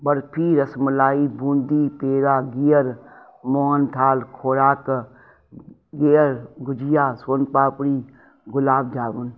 बर्फी रसमलाई बूंदी पेड़ा गिहर मोहनथाल खोराक गिहर गुजिया सोन पापड़ी गुलाबजामुन